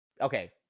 okay